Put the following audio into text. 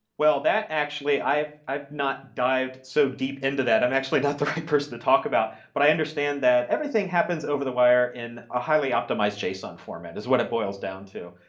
that actually i've i've not dived so deep into that. i'm actually not the person to talk about. but i understand that everything happens over the wire in a highly optimized json format is what it boils down to.